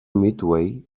midway